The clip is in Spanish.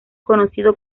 conocido